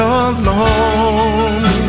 alone